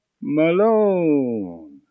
Malone